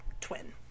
twin